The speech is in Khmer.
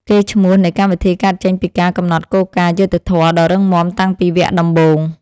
កេរ្តិ៍ឈ្មោះនៃកម្មវិធីកើតចេញពីការកំណត់គោលការណ៍យុត្តិធម៌ដ៏រឹងមាំតាំងពីវគ្គដំបូង។